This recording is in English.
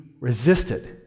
resisted